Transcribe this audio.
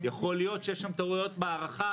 יכול להיות שיש שם טעויות בהערכה,